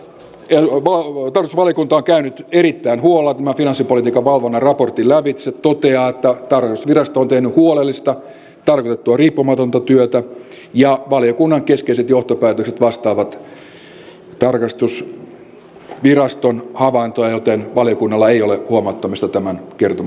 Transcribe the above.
arvoisat edustajat tarkastusvaliokunta on käynyt erittäin huolella tämän finanssipolitiikan valvonnan raportin lävitse ja toteaa että tarkastusvirasto on tehnyt huolellista riippumatonta työtä ja valiokunnan keskeiset johtopäätökset vastaavat tarkastusviraston havaintoja joten valiokunnalla ei ole huomauttamista tämän kirkon